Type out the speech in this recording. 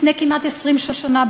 לפני כמעט 20 שנה,